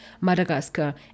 madagascar